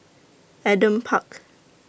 Adam Park